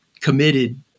committed